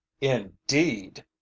Indeed